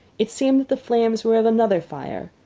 it seemed that the flames were of another fire,